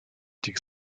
disk